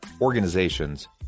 organizations